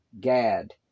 Gad